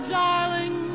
darling